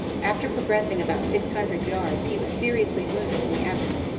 after progressing about six hundred yards he was seriously wounded in the abdomen.